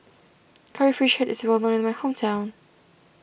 Curry Fish Head is well known in my hometown